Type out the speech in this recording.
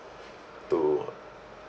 to